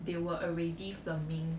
they were already filming